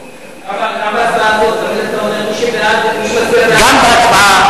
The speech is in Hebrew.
(פטור ממס במכירת זכות של תמ"א 38). נא להצביע.